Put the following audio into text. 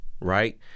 right